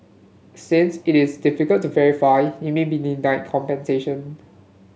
since it is difficult to verify you may be denied compensation